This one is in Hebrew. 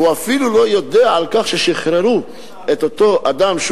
והוא אפילו לא יודע על כך ששחררו את אותו אדם,